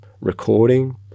recording